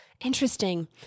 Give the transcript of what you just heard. Interesting